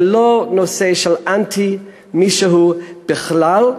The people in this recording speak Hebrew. זה לא נושא של אנטי מישהו בכלל,